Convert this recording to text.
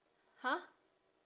!huh!